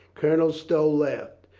colonel stow laughed.